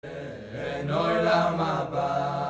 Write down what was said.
אין עולם אבא